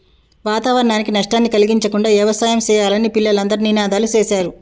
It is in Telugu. వాతావరణానికి నష్టాన్ని కలిగించకుండా యవసాయం సెయ్యాలని పిల్లలు అందరూ నినాదాలు సేశారు